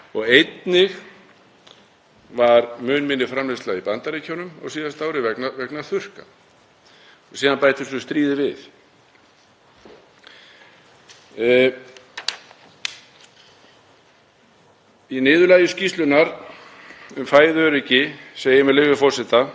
Í niðurlagi skýrslunnar um fæðuöryggi segir, með leyfi forseta: „Allar greinar fæðuframleiðslu á Íslandi eiga það sammerkt að þær byggja á þekkingu sem er til staðar í landinu og framleiðsluaðferðum sem lúta reglum sem hér gilda.